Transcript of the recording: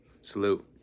Salute